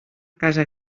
casa